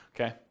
okay